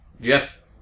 Jeff